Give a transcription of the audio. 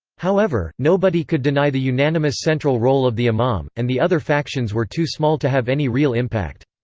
however, nobody could deny the unanimous central role of the imam, and the other factions were too small to have any real impact.